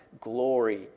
glory